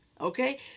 okay